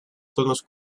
tonos